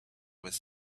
was